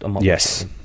yes